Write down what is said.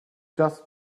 just